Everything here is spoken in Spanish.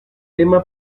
lema